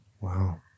wow